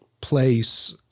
place